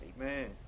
Amen